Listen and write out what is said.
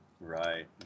right